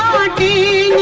are d